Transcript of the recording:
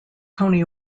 tony